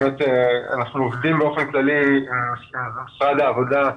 אכן אנחנו עובדים באופן כללי עם משרד העבודה והרווחה,